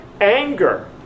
anger